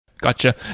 Gotcha